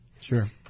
Sure